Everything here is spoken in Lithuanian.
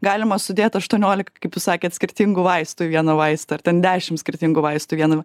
galima sudėt aštuoniolika kaip jūs sakėt skirtingų vaistų į vieną vaistą ar ten dešim skirtingų vaistų viename